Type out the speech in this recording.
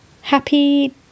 Happy